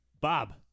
Bob